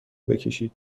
بکشید